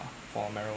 for marijuana